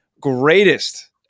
greatest